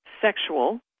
sexual